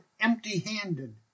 empty-handed